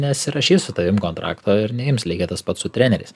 nesirašys su tavim kontrakto ir neims lygiai tas pats su treneriais